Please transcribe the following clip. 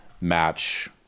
match